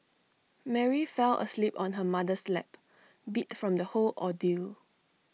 Mary fell asleep on her mother's lap beat from the whole ordeal